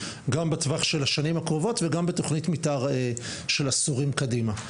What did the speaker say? גם בטווח של השנים הקרובות וגם בתכנית מתאר של עשורים קדימה,